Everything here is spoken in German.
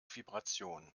vibration